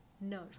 nurse